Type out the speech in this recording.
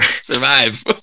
survive